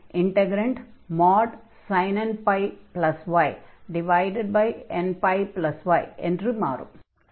integrand |sin nπy |nπy என்று மாறும்